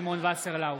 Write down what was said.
וסרלאוף,